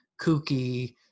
kooky